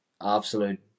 absolute